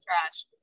trash